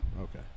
Okay